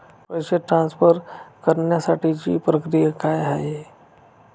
पैसे ट्रान्सफर करण्यासाठीची प्रक्रिया काय आहे?